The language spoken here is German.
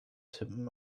tippen